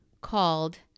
called